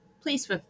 please